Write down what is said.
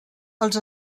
els